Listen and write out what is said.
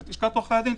ויש פה לשכת עורכי הדין,